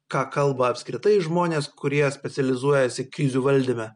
ką kalba apskritai žmonės kurie specializuojasi krizių valdyme